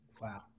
Wow